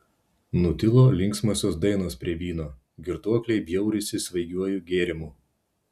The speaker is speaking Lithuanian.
nutilo linksmosios dainos prie vyno girtuokliai bjaurisi svaigiuoju gėrimu